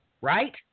Right